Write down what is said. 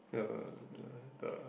the the